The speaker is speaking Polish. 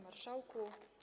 Marszałku!